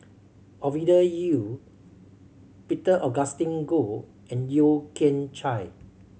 Ovidia Yu Peter Augustine Goh and Yeo Kian Chye